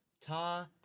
ta